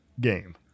game